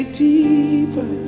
deeper